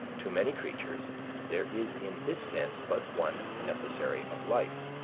to many creatures there is in this sense but one necessary of life,